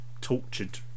tortured